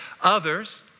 Others